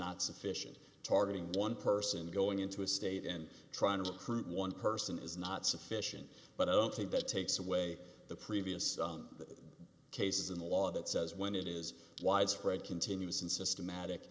not sufficient targeting one person going into a state and trying to recruit one person is not sufficient but ok but it takes away the previous cases in the law that says when it is widespread continuous and systematic